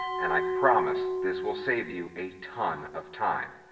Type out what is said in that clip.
and i promise this will save you a ton of time.